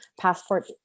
passport